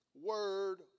word